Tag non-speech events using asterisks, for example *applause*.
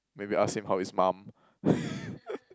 maybe ask him how is mom *laughs*